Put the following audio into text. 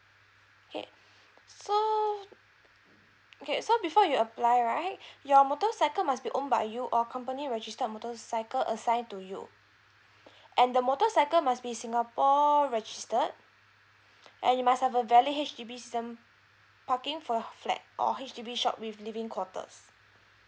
okay so okay so before you apply right your motorcycle must be owned by you or company registered motorcycle assigned to you and the motorcycle must be singapore registered and you must have a valid H_D_B parking for flat or H_D_B shop with living quarters